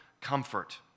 comfort